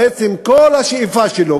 בעצם כל השאיפה שלו,